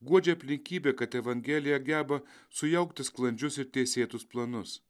guodžia aplinkybė kad evangelija geba sujaukti sklandžius ir teisėtus planus